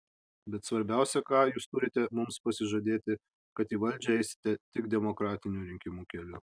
bet svarbiausia ką jūs turite mums pasižadėti kad į valdžią eisite tik demokratinių rinkimų keliu